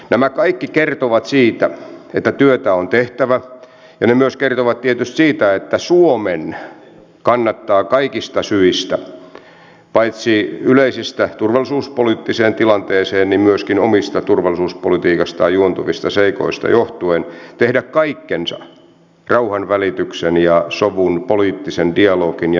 tämä kaikki kertoo siitä että työtä on tehtävä ja se myös kertoo tietysti siitä että suomen kannattaa kaikista syistä paitsi yleisistä turvallisuuspoliittiseen tilanteeseen liittyvistä myöskin omasta turvallisuuspolitiikastaan juontuvista seikoista johtuen tehdä kaikkensa rauhanvälityksen ja sovun poliittisen dialogin ja diplomatian hyväksi